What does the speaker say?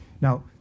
Now